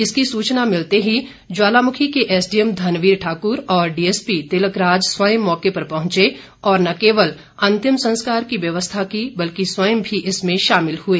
इसकी सूचना मिलते ही ज्वालामुखी के एसडीएम धनबीर ठाक्र और डीएसपी तिलकराज स्वयं मौके पर पहुंचे और न केवल अन्तिम संस्कार की व्यवस्था की बल्कि स्वयं भी इसमें शामिल हए